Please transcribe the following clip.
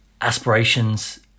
aspirations